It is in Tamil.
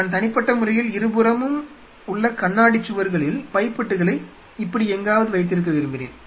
நான் தனிப்பட்ட முறையில் இருபுறமும் உள்ள கண்ணாடிச் சுவர்களில் பைப்பெட்டுகளை இப்படி எங்காவது வைத்திருக்க விரும்பினேன்